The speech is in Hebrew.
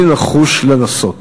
אני נחוש לנסות.